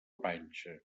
panxa